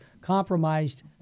compromised